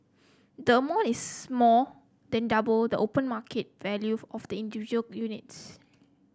the amount is more than double the open market value of the individual units